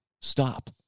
Stop